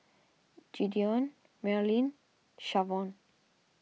Gideon Merilyn Shavonne